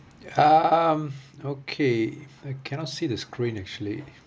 um okay I cannot see the screen actually